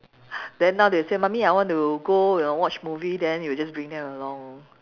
then now they say mummy I want to go you know watch movie then you'll just bring them along